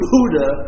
Buddha